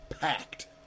packed